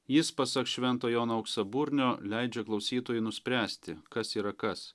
jis pasak švento jono auksaburnio leidžia klausytojui nuspręsti kas yra kas